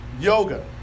Yoga